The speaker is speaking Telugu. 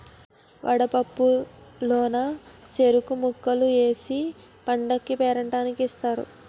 వడపప్పు లోన సెరుకు ముక్కలు ఏసి పండగకీ పేరంటాల్లకి ఇత్తారు